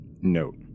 Note